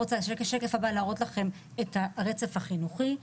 בשקף הבא אני רוצה להראות לכם את הרצף החינוכי.